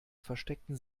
verstecken